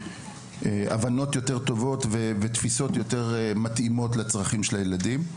הבנות יותר טובות ותפיסות יותר מתאימות לצרכים של הילדים.